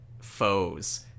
foes